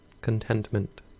contentment